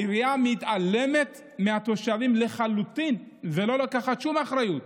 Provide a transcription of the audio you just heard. העירייה מתעלמת מהתושבים לחלוטין ולא לוקחת שום אחריות.